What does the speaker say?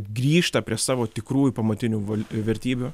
grįžta prie savo tikrųjų pamatinių vertybių